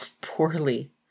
poorly